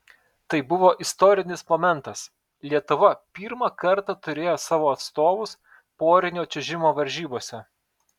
tai buvo istorinis momentas lietuva pirmą kartą turėjo savo atstovus porinio čiuožimo varžybose